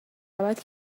ابد